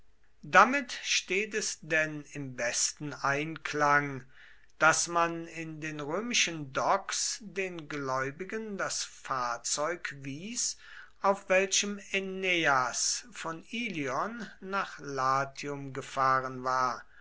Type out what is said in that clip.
damit steht es denn im besten einklang daß man in den römischen docks den gläubigen das fahrzeug wies auf welchem aeneas von ilion nach latium gefahren war